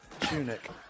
tunic